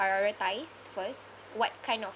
prioritize first what kind of